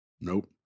Nope